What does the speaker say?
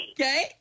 Okay